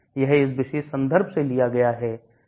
यह इस विशेष संदर्भ से लिया गया है